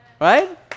Right